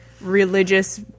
religious